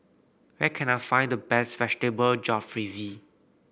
where can I find the best Vegetable Jalfrezi